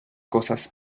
cosas